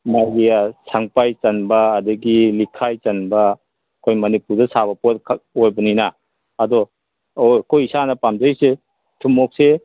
ꯃꯧꯒꯤ ꯁꯪꯄꯥꯏ ꯆꯟꯕ ꯑꯗꯒꯤ ꯂꯤꯛꯈꯥꯏ ꯆꯟꯕ ꯑꯩꯈꯣꯏ ꯃꯅꯤꯄꯨꯔꯗ ꯁꯥꯕ ꯄꯣꯠ ꯈꯛ ꯑꯣꯏꯕꯅꯤꯅ ꯑꯗꯣ ꯑꯣ ꯑꯩꯈꯣꯏ ꯏꯁꯥꯅ ꯄꯥꯝꯖꯩꯁꯦ ꯊꯨꯃꯣꯛꯁꯦ